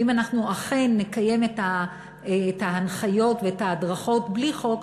ואם אנחנו אכן נקיים את ההנחיות ואת ההדרכות בלי חוק,